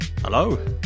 Hello